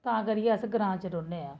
तां करियै अस ग्रांऽ च रौंह्न्ने आं